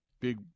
big